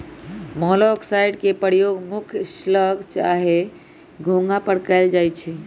मोलॉक्साइड्स के प्रयोग मुख्य स्लग चाहे घोंघा पर कएल जाइ छइ